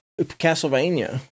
Castlevania